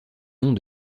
noms